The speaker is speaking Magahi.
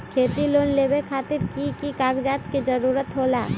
खेती लोन लेबे खातिर की की कागजात के जरूरत होला?